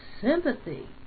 sympathy